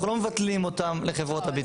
אנחנו לא מבטלים אותן לחברות הביטוח.